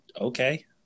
okay